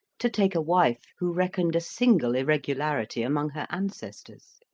to take a wife who reckoned a single irregularity among her ancestors